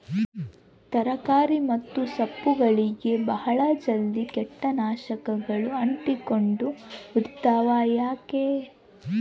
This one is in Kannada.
ತರಕಾರಿ ಮತ್ತು ಸೊಪ್ಪುಗಳಗೆ ಬಹಳ ಜಲ್ದಿ ಕೇಟ ನಾಶಕಗಳು ಅಂಟಿಕೊಂಡ ಬಿಡ್ತವಾ ಯಾಕೆ?